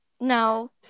No